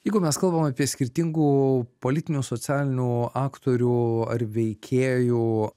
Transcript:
jeigu mes kalbam apie skirtingų politinių socialinių aktorių ar veikėjų